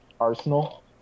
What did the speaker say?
Arsenal